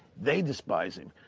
they despise it.